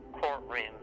courtroom